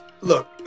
look